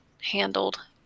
handled